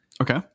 Okay